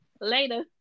Later